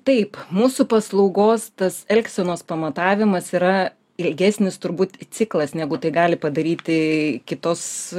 taip mūsų paslaugos tas elgsenos pamatavimas yra ilgesnis turbūt ciklas negu tai gali padaryti tai kitos